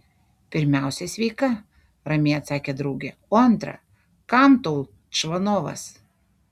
pirmiausia sveika ramiai atsakė draugė o antra kam tau čvanovas